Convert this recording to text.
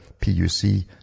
PUC